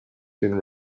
been